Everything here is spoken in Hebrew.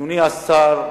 אדוני השר,